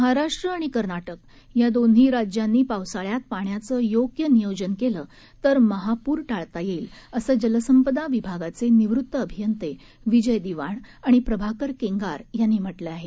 महाराष्ट्र आणि कर्नाटक या दोन्ही राज्यांनी पावसाळ्यात पाण्याचं योग्य नियोजन केलं तर महापूर टाळता येईल असं जलसंपदा विभागाचे निवृत्त अभियंते विजय दिवाण आणि प्रभाकर केंगार यांनी म्हटलं आहे